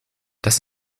das